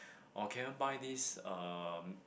oh can you buy this um